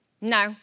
No